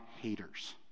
haters